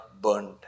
burned